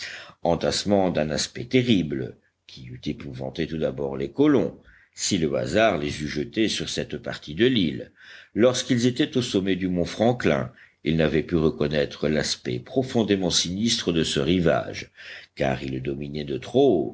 entassement d'un aspect terrible qui eût épouvanté tout d'abord les colons si le hasard les eût jetés sur cette partie de l'île lorsqu'ils étaient au sommet du mont franklin ils n'avaient pu reconnaître l'aspect profondément sinistre de ce rivage car ils le dominaient de trop